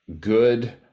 good